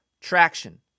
Traction